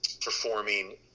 performing